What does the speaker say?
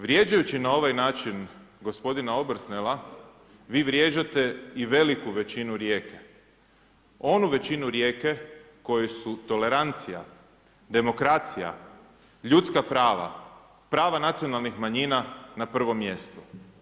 Vrijeđajući na ovaj način gospodina Obersnela vi vrijeđate i veliku većinu Rijeke, onu većinu Rijeke koju su tolerancija, demokracija, ljudska prava, prava nacionalnih manjina na prvom mjestu.